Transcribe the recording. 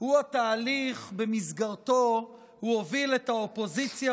הוא התהליך שבמסגרתו הוא הוביל את האופוזיציה